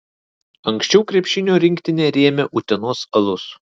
anksčiau krepšinio rinktinę rėmė utenos alus